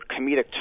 comedic